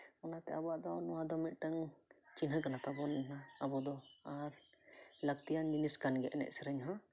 ᱚᱱᱟᱛᱟᱮ ᱟᱵᱚᱣᱟᱜ ᱫᱚ ᱱᱚᱣᱟ ᱫᱚ ᱢᱤᱫᱴᱟᱹᱝ ᱪᱤᱱᱦᱟ ᱠᱟᱱᱟ ᱛᱟᱵᱚᱱ ᱟᱵᱚ ᱫᱚ ᱟᱨ ᱞᱟᱹᱠᱛᱤᱭᱟᱱ ᱡᱤᱱᱤᱥ ᱠᱟᱱ ᱜᱮᱭᱟ ᱮᱱᱮᱡ ᱥᱮᱨᱮᱧ ᱦᱚᱸ